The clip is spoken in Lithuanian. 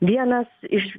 vienas iš